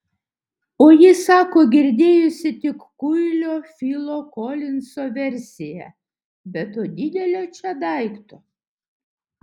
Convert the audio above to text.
o ji sako girdėjusi tik kuilio filo kolinzo versiją be to didelio čia daikto